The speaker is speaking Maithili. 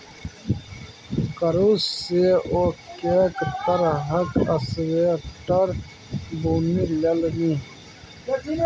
कुरूश सँ ओ कैक तरहक स्वेटर बुनि लेलनि